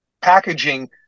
packaging